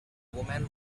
woman